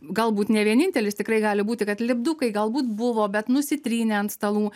galbūt ne vienintelis tikrai gali būti kad lipdukai galbūt buvo bet nusitrynė ant stalų